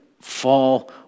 fall